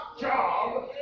job